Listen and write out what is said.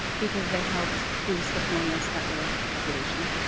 because they helped boost the colonial settler population.